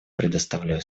предоставляю